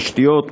תשתיות,